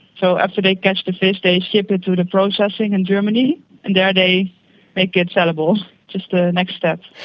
so after they catch the fish they ship it to the processing in germany and there they make it sellable just the next step.